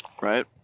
right